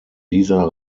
dieser